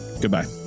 Goodbye